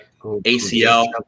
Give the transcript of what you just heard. ACL